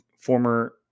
former